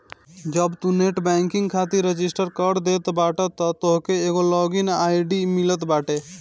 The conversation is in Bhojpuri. जब तू नेट बैंकिंग खातिर रजिस्टर कर देत बाटअ तअ तोहके एगो लॉग इन आई.डी मिलत बाटे